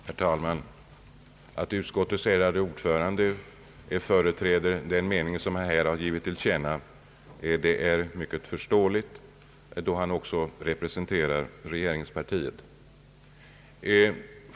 Herr talman! Att utskottets ärade ordförande företräder den mening som han här har givit till känna är mycket förståeligt, då han också representerar regeringspartiet.